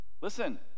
Listen